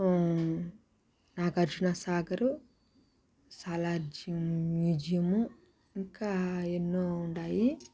నాగార్జున సాగరు Salar Jung museum ఇంకా ఎన్నో ఉండాయి